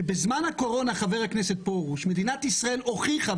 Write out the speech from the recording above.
שבזמן הקורונה מדינת ישראל הוכיחה,